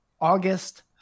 August